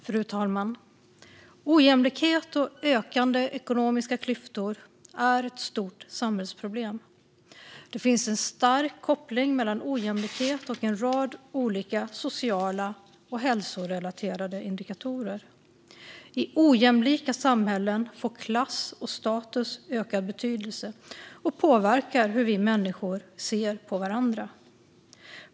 Fru talman! Ojämlikhet och ökande ekonomiska klyftor är ett stort samhällsproblem. Det finns en stark koppling mellan ojämlikhet och en rad olika sociala och hälsorelaterade indikatorer. I ojämlika samhällen får klass och status ökad betydelse, och det påverkar hur vi människor ser på varandra.